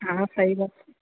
हँ हँ सही बात छै